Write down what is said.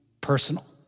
personal